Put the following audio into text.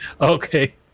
Okay